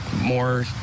more